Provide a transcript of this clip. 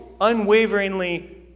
unwaveringly